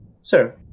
Sir